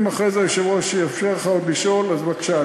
אם אחרי זה היושב-ראש יאפשר לך עוד לשאול אז בבקשה,